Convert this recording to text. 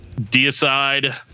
deicide